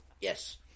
Yes